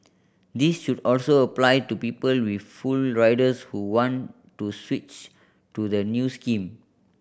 this should also apply to people with full riders who want to switch to the new scheme